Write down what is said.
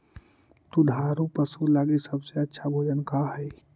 दुधार पशु लगीं सबसे अच्छा भोजन का हई?